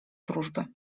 wróżby